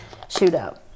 Shootout